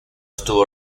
estuvo